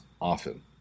often